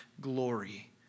glory